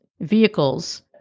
vehicles